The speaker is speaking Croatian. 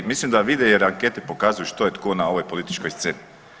Mislim da vide jer ankete pokazuju što je tko na ovoj političkoj sceni.